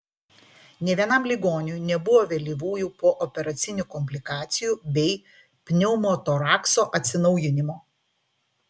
nė vienam ligoniui nebuvo vėlyvųjų pooperacinių komplikacijų bei pneumotorakso atsinaujinimo